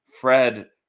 Fred